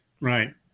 Right